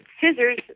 scissors